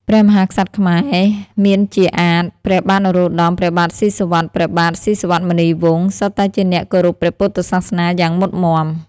ព្រះមហាក្សត្រខ្មែរ មានជាអាទិ៍ ព្រះបាទនរោត្តម ព្រះបាទស៊ីសុវត្ថិ ព្រះបាទ ស៊ីសុវត្ថិមុនីវង្ស សុទ្ធតែជាអ្នកគោរពព្រះពុទ្ធសាសនាយ៉ាងមុតមាំ ។